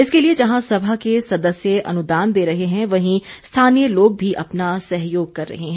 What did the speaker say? इसके लिए जहां सभा के सदस्य अनुदान दे रहे हैं वहीं स्थानीय लोग भी अपना सहयोग कर रहे हैं